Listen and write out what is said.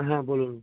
হ্যাঁ বলুন